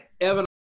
Evan